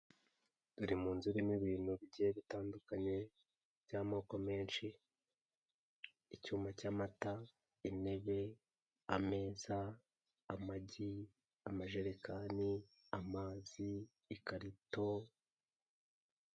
Turi munzu irimo ibintu bigiye bitandukanye by'amoko menshi icyuma cy'amata, intebe, ameza, amagi, amajerekani, amazi, ikarito...